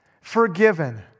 forgiven